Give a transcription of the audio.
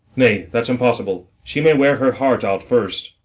nay, that's impossible she may wear her heart out first.